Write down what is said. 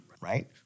right